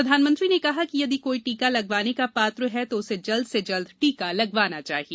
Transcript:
प्रधानमंत्री ने कहा कि यदि कोई टीका लगवाने का पात्र है तो उसे जल्द से जल्द टीका लगवाना चाहिए